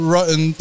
Rotten